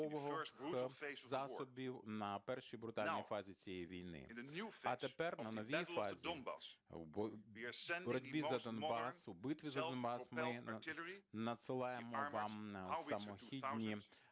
на першій брутальній фазі цієї війни. А тепер на новій фазі в боротьбі за Донбас, в битві за Донбас ми надсилаємо вам самохідні